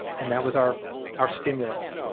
and that was our our stimulus.